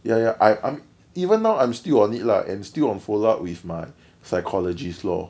ya ya I I'm even though I'm still on it lah and still on follow up with my psychologist lor